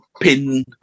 pin